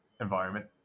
environment